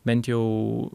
bent jau